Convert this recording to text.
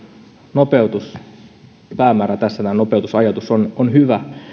nopeutuspäämäärä tässä tämä nopeutusajatus on on hyvä